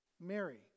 Mary